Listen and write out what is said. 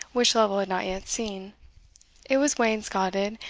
which lovel had not yet seen it was wainscotted,